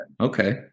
Okay